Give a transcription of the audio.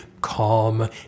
calm